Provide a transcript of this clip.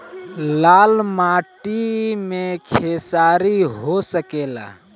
लाल माटी मे खेसारी हो सकेला?